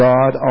God